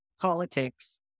politics